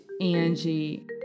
angie